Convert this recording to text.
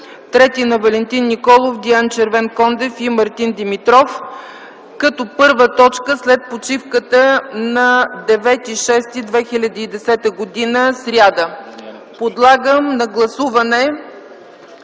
трети – на Валентин Николов, Диан Червенкондев и Мартин Димитров, като първа точка след почивката на 9.06.2010 г., сряда. Подлагам на гласуване